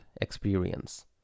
experience